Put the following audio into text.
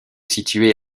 située